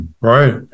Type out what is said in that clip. Right